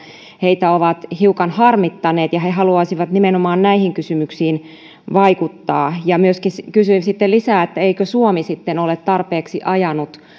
heitä ovat hiukan harmittaneet ja he haluaisivat nimenomaan näihin kysymyksiin vaikuttaa myöskin kysyin sitten lisää että eikö suomi sitten ole tarpeeksi ajanut